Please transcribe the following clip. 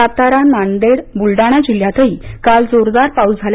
सातारा नांदेड बुलडाणा जिल्ह्यातही काल जोरदार पाऊस झाला